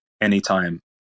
anytime